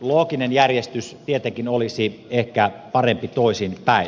looginen järjestys tietenkin olisi ehkä parempi toisinpäin